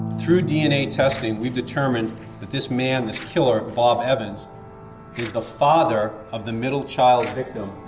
through dna testing, we've determined that this man, this killer, bob evans, is the father of the middle child victim